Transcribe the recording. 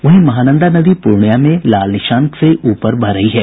वहीं महानंदा नदी पूर्णियां में खतरे के निशान से ऊपर बह रही है